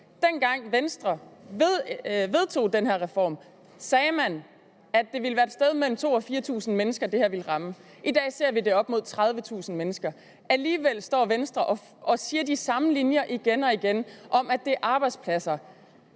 Dengang Venstre vedtog den reform, sagde man, at det her ville ramme et sted mellem 2.000 og 4.000 mennesker. I dag ser vi, at det er op mod 30.000 mennesker. Alligevel kommer Venstre med de samme linjer igen og igen om, at det handler om arbejdspladser,